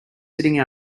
sitting